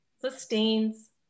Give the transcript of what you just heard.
sustains